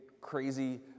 crazy